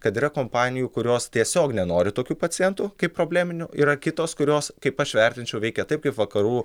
kad yra kompanijų kurios tiesiog nenori tokių pacientų kaip probleminių yra kitos kurios kaip aš vertinčiau veikia taip kaip vakarų